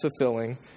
fulfilling